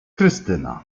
krystyna